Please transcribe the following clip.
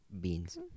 Beans